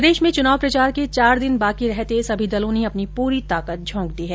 प्रदेश में चुनाव प्रचार के चार दिन बाकी रहते सभी दलों ने अपनी पूरी ताकत झोंक दी है